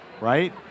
right